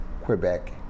Quebec